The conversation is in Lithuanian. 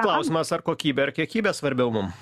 klausimas ar kokybė ar kiekybė svarbiau mum